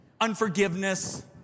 unforgiveness